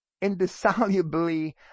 indissolubly